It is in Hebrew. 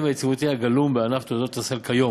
והיציבותי הגלום בענף תעודות הסל כיום.